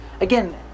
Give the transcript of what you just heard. Again